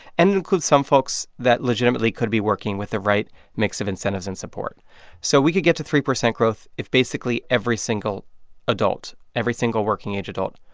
and it includes some folks that legitimately could be working with the right mix of incentives and support so we could get to three percent growth if basically every single adult, every single working-age adult,